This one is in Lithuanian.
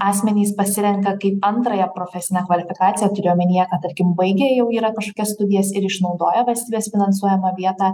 asmenys pasirenka kaip antrąją profesinę kvalifikaciją turiu omenyje kad tarkim baigę jau yra kažkokias studijas ir išnaudoję valstybės finansuojamą vietą